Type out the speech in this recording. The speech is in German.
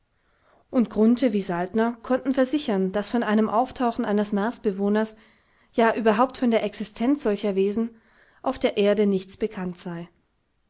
und grunthe wie saltner konnten versichern daß von einem auftauchen eines marsbewohners ja überhaupt von der existenz solcher wesen auf der erde nichts bekannt sei